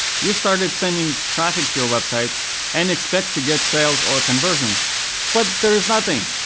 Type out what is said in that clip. you started sending traffic to your website and expect to get sales or conversions but there is nothing.